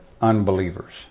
unbelievers